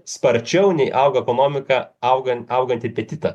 sparčiau nei auga ekonomika auga augantį apetitą